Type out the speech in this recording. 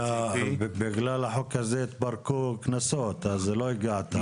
בגלל החוק הזה התפרקו כנסות, אז לא הגעת.